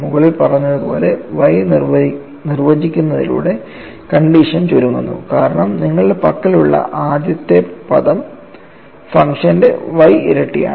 മുകളിൽ പറഞ്ഞതുപോലെ Y നിർവചിക്കുന്നതിലൂടെ കണ്ടീഷൻ ചുരുങ്ങുന്നു കാരണം നിങ്ങളുടെ പക്കലുള്ള ആദ്യത്തെ പദം ഫംഗ്ഷൻറെ y ഇരട്ടിയാണ്